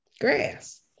Grass